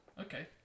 Okay